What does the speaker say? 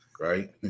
Right